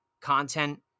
content